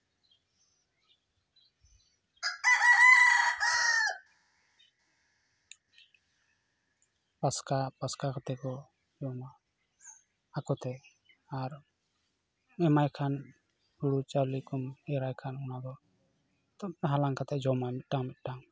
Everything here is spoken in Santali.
ᱯᱟᱥᱠᱟ ᱯᱟᱥᱠᱟ ᱠᱟᱛᱮ ᱠᱚ ᱡᱚᱢᱟ ᱟᱠᱚᱛᱮ ᱟᱨ ᱮᱢᱟᱭ ᱠᱷᱟᱱ ᱯᱩᱲᱩ ᱪᱟᱣᱞᱮ ᱠᱚᱢ ᱮᱨᱟᱭ ᱠᱷᱟᱱ ᱚᱱᱟᱫᱚ ᱱᱤᱛᱳᱜ ᱦᱟᱞᱟᱝ ᱠᱟᱛᱮ ᱧᱮᱞᱟᱭ ᱢᱤᱫ ᱢᱤᱫᱴᱟᱝ ᱢᱤᱫᱴᱟᱝ